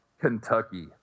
Kentucky